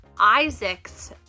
isaac's